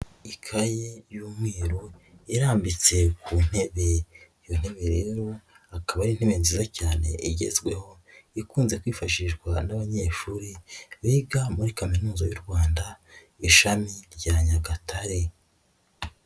Ikayi y'umweru irambitse ku ntebe, iyo ntebe rero akaba ari intebe nziza cyane igezweho, ikunze kwifashishwa n'abanyeshuri, biga muri kaminuza y'u Rwanda, ishami rya Nyagatare.